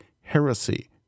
heresy